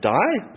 die